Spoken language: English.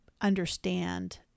understand